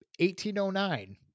1809